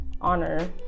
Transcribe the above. honor